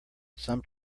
some